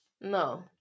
No